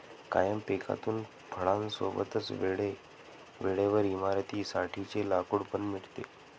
कायम पिकातून फळां सोबतच वेळे वेळेवर इमारतीं साठी चे लाकूड पण मिळते